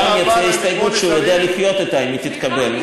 יציע הסתייגות שהוא יודע לחיות אתה אם היא תתקבל.